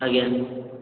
ଆଜ୍ଞା